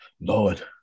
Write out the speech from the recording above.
Lord